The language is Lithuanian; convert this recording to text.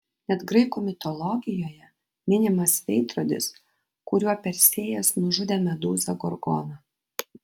net graikų mitologijoje minimas veidrodis kuriuo persėjas nužudė medūzą gorgoną